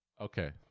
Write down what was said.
okay